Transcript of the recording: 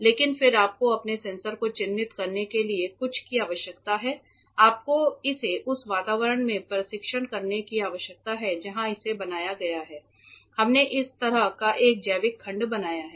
लेकिन फिर आपको अपने सेंसर को चिह्नित करने के लिए कुछ की आवश्यकता है आपको इसे उस वातावरण में परीक्षण करने की आवश्यकता है जहां इसे बनाया गया था हमने इस तरह का एक जैविक खंड बनाया है